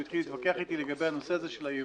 התחיל להתווכח איתי לגבי הנושא של הייבוא,